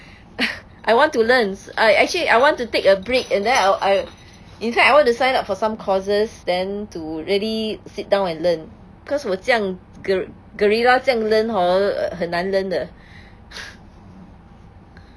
I want to learns I actually I want to take a break and then I I in fact I want to sign up for some courses then to really sit down and learn because 我这样 gor~ gorilla 这样 learn hor 很难 learn 的